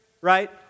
right